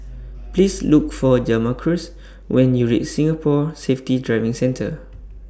Please Look For Jamarcus when YOU REACH Singapore Safety Driving Centre